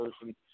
person